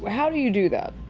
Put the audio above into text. how do you do that?